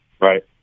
Right